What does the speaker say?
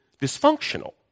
dysfunctional